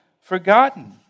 forgotten